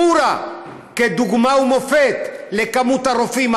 חורה כדוגמה ומופת למספר הרופאים,